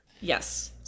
Yes